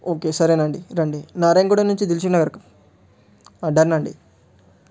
okay సరేనండి రండి నారాయణగూడ నుంచి దిల్షుఖ్నగర్కు డన్ అండి